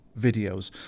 videos